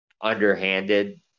underhanded